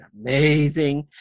amazing